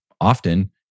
often